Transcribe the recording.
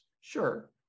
sure